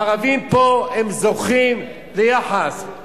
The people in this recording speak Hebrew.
הערבים פה זוכים ליחס,